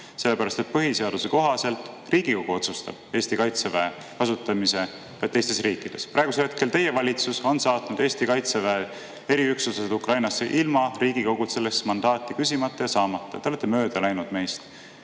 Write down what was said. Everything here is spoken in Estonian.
sellepärast et põhiseaduse kohaselt Riigikogu otsustab Eesti kaitseväe kasutamise teistes riikides. Praegusel hetkel teie valitsus on saatnud Eesti kaitseväe eriüksuslased Ukrainasse ilma Riigikogult selleks mandaati küsimata ja saamata. Te olete meist mööda läinud. Siin